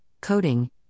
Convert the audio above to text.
coding